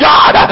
God